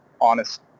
honest